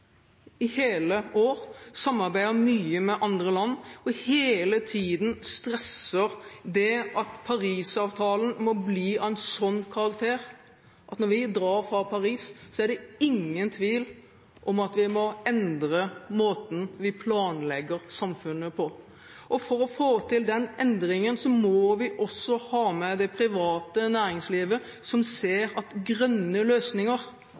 i hele år, samarbeidet mye med andre land og stresser hele tiden at Paris-avtalen må bli av en slik karakter at når vi drar fra Paris, er det ingen tvil om at vi må endre måten vi planlegger samfunnet på. For å få til den endringen må vi også ha med et privat næringsliv som ser at grønne løsninger